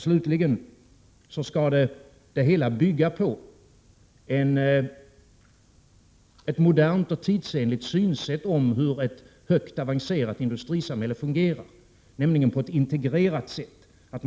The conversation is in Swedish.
Slutligen skall det hela bygga på ett modernt och tidsenligt synsätt om hur ett högt avancerat industrisamhälle fungerar, nämligen på ett integrerat sätt.